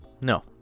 no